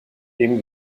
dem